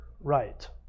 Right